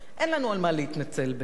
אין לנו על מה להתנצל באמת,